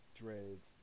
dreads